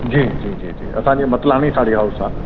जी जी जी असांजी मतलाणी साड़ी हाउस आहे